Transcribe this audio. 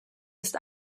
ist